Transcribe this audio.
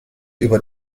über